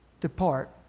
depart